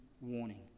warning